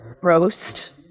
roast